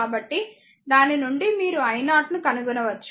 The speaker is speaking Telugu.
కాబట్టి దాని నుండి మీరు i0 ను కనుగొనవచ్చు అంటే 0